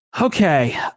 Okay